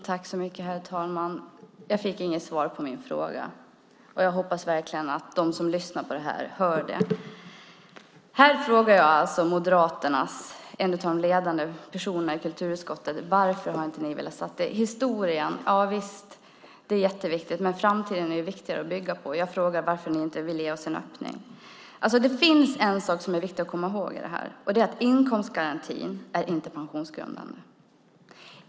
Herr talman! Jag fick inget svar på min fråga. Jag hoppas verkligen att de som lyssnar på det här hör det. Här frågar jag alltså en av Moderaternas ledande personer i kulturutskottet. Historien - javisst, den är jätteviktig. Men framtiden är viktigare att bygga på. Jag frågar varför ni inte vill ge oss en öppning. Det finns en sak som är viktig att komma ihåg i det här. Det är att inkomstgarantin inte är pensionsgrundande.